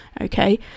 okay